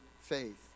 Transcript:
faith